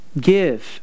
Give